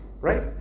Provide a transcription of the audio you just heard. right